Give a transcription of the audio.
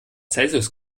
celsius